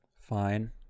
fine